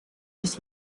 his